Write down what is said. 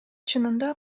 чынында